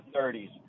30s